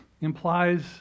implies